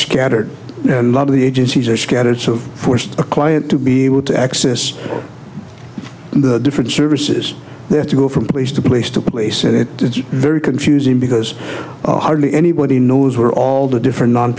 scattered and lot of the agencies are scattered so forced a client to be able to access the different services they have to go from place to place to place and it's very confusing because hardly anybody knows where all the different non